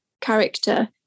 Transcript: character